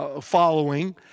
following